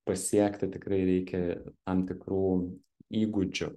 pasiekti tikrai reikia tam tikrų įgūdžių